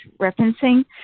referencing